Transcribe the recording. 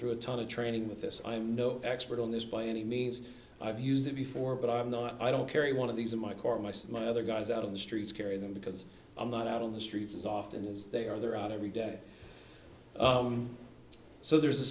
through a ton of training with this i'm no expert on this by any means i've used it before but i'm not i don't carry one of these in my car and i said my other guys out on the streets carry them because i'm not out on the streets as often as they are they're out every day so there's a